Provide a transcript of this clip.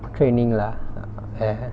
training lah ya